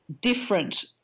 different